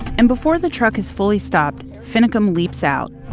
and before the truck is fully stopped, finicum leaps out